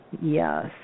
yes